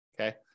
okay